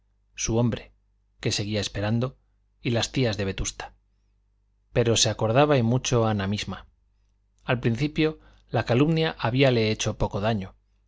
su hombre que seguía esperando y las tías de vetusta pero se acordaba y mucho ana misma al principio la calumnia habíale hecho poco daño